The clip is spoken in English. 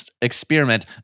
Experiment